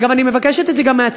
אגב, אני מבקשת את זה גם מהציבור: